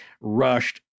rushed